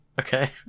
okay